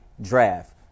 draft